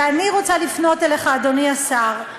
ואני רוצה לפנות אליך, אדוני השר.